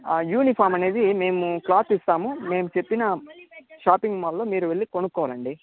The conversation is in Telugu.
ఆ యూనిఫాం అనేది మేము క్లాత్ ఇస్తాము మేము చెప్పిన షాపింగ్ మాల్లో మీరు వెళ్ళి కొనుక్కోవాలి అండి